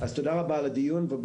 אז מה יהיה?